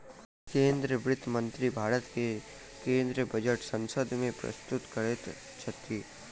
केंद्रीय वित्त मंत्री भारत के केंद्रीय बजट संसद में प्रस्तुत करैत छथि